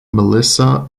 melissa